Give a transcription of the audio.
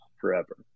forever